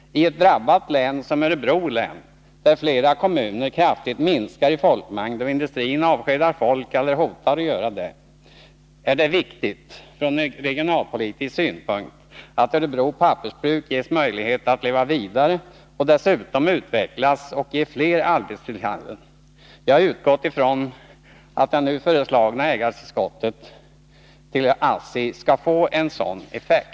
I ett drabbat län som Örebro län, där folkmängden i flera kommuner kraftigt minskar och där industrin avskedar folk eller hotar med att göra det, är det viktigt från regionalpolitisk synpunkt att Örebro Pappersbruk ges möjlighet att leva vidare och dessutom att utvecklas och ge fler arbetstillfällen. Jag har utgått från att det nu föreslagna ägartillskottet till ASSI skall få en sådan effekt.